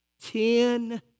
Ten